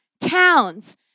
towns